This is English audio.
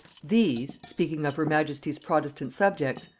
these, speaking of her majesty's protestant subjects.